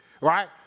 Right